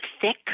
thick